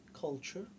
culture